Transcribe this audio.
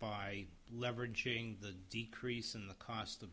by leveraging the decrease in the cost of